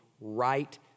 right